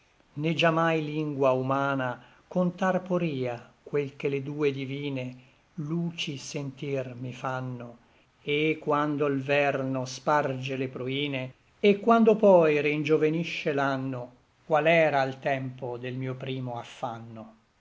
né già mai lingua humana contar poria quel che le due divine luci sentir mi fanno e quando l verno sparge le pruine et quando poi ringiovenisce l'anno qual era al tempo del mio primo affanno